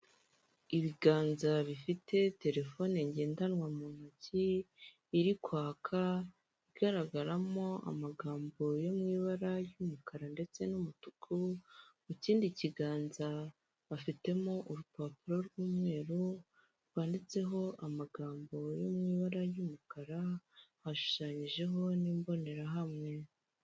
Ibiganza bifite telefone ngendanwa mu ntoki, iri kwaka igaragaramo amagambo yo mu ibara ry'umukara ndetse n'umutuku mu kindi kiganza afitemo urupapuro rw'umweru rwanditseho amagambo yo mu ibara ry'umukara ashushanyijeho n'imbonerahamwe.